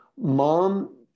mom